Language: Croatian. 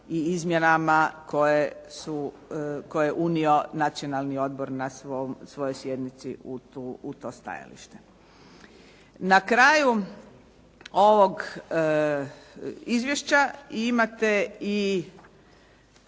i izmjenama koje je unio Nacionalni odbor na svojoj sjednici u to stajalište. Na kraju ovog izvješća imate i